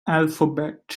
alphabet